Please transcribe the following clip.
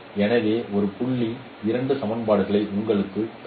எனவே ஒரு புள்ளி இரண்டு சமன்பாடுகள் உங்களுக்குத் தரும்